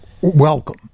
welcome